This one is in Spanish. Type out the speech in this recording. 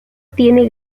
tiene